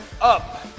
up